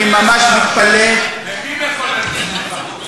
אני ממש מתפלא, אצל מי מחולל צמיחה?